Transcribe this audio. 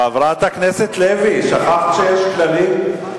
חברת הכנסת לוי, שכחת שיש כללים?